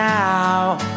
now